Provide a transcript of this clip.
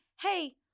hey